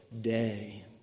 day